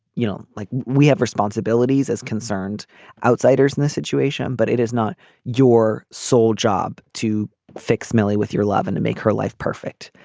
you know like we have responsibilities as concerned outsiders in this situation but it is not your sole job to fix millie with your love and to make her life perfect.